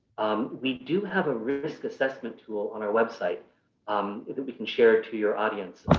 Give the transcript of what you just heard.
um we do have a risk assessment tool on our website um that we can share to your audience,